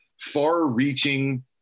Far-reaching